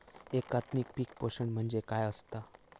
एकात्मिक पीक पोषण म्हणजे काय असतां?